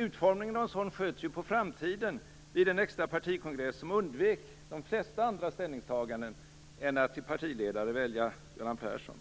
Utformningen av en sådan sköts ju på framtiden vid den extra partikongress som undvek de flesta andra ställningstaganden än att till partiledare välja Göran Persson.